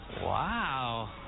Wow